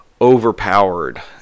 overpowered